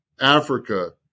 Africa